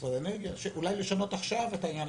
במשרד האנרגיה הצעה אולי לשנות עכשיו את העניין.